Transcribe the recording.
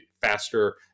faster